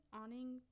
awning